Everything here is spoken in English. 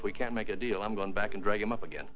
if we can make a deal i'm going back and drag him up again